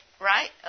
right